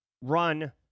run